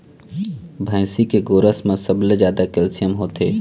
भइसी के गोरस म सबले जादा कैल्सियम होथे